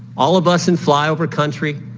all of us in flyover country.